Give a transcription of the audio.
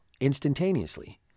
instantaneously